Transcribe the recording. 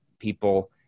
people